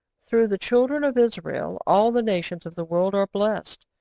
through the children of israel all the nations of the world are blessed.